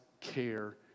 care